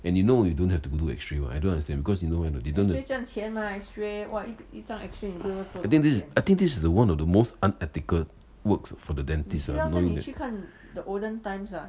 and you know you don't have to go do x-ray [one] I don't understand because you know why or not I think this is the one of the most unethical works for the dentist uh knowing that